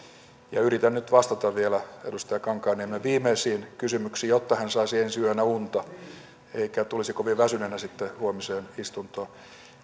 yritän nyt vastata vielä edustaja kankaanniemen viimeisiin kysymyksiin jotta hän saisi ensi yönä unta eikä tulisi kovin väsyneenä sitten huomiseen istuntoon